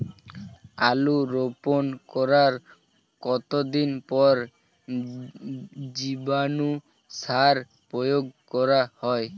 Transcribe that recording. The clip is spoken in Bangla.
আলু রোপণ করার কতদিন পর জীবাণু সার প্রয়োগ করা হয়?